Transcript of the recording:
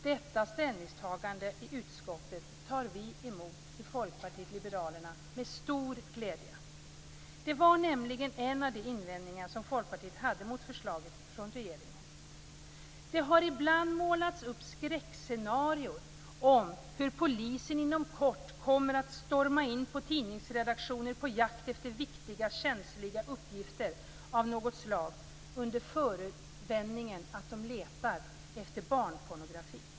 Detta ställningstagande i utskottet tar vi i Folkpartiet liberalerna emot med stor glädje. Detta var nämligen en av de invändningar som vi hade mot förslaget från regeringen. Det har ibland målats upp skräckscenarion om hur polisen inom kort kommer att storma in på tidningsredaktioner på jakt efter viktiga och känsliga uppgifter av något slag under förevändningen att den letar efter barnpornografi.